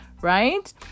right